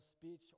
speech